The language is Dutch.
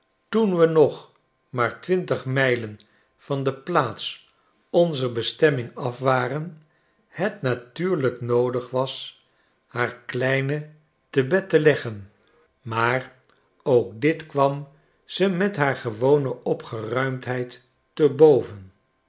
toen we nog maar twintig mylen van de plaats onzerbestemmingaf waren het natuurlijk noodig was haar kleine te bed naar st louis te leggen maar ook dit kwam ze met haar gewone opgeruimdheid te boven